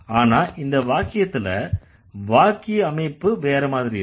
ஆனா இந்த வாக்கியத்துல வாக்கிய அமைப்பு வேற மாதிரி இருக்கு